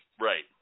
Right